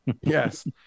Yes